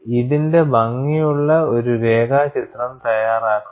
ഇതിന്റെ ഭംഗിയുള്ള ഒരു രേഖാചിത്രം തയ്യാറാക്കുക